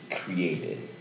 created